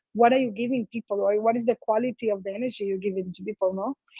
what are you giving people? or what is the quality of the energy you're giving to people, no?